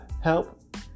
help